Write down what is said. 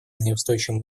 неустойчивым